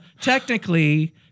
technically